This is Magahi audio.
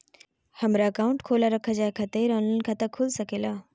हमारा अकाउंट खोला रखा जाए खातिर ऑनलाइन खाता खुल सके ला?